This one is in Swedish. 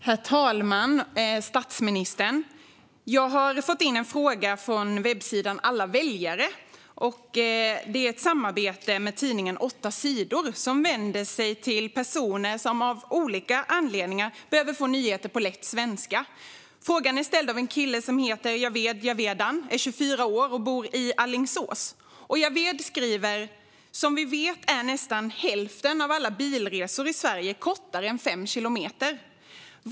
Herr talman! Statsministern! Jag har fått in en fråga från webbsidan Alla väljare. Det är ett samarbete med tidningen 8 sidor, som vänder sig till personer som av olika anledningar behöver få nyheter på lätt svenska. Frågan är ställd av en kille som heter Javeed Javeedan. Han är 24 år och bor i Alingsås. Javeed skriver: Som vi vet är nästan hälften av alla bilresor i Sverige kortare än 5 kilometer.